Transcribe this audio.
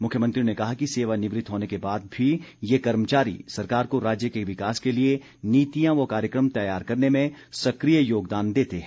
मुख्यमंत्री ने कहा कि सेवानिवृत होने के बाद भी ये कर्मचारी सरकार को राज्य के विकास के लिए नीतियां व कार्यक्रम तैयार करने में सक्रिय योगदान देते है